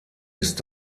ist